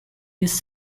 this